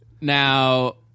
Now